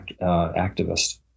activist